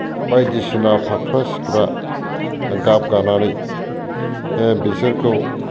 बायदिसिना फाक्रा सिख्रा गाब गानानै बिसोरखौ